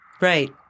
Right